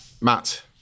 Matt